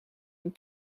een